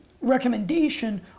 recommendation